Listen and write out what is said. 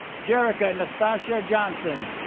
jarika nastacia johnson